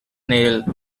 nail